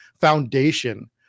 foundation